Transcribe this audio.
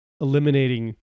eliminating